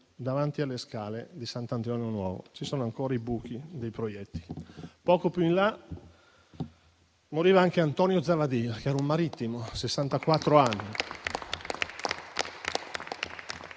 davanti alle scale di Sant'Antonio Nuovo. Ci sono ancora i buchi dei proiettili. Poco più in là moriva anche Antonio Zavadin, che era un marittimo di